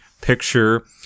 picture